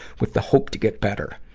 with the hope to get better.